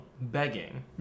begging